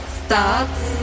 starts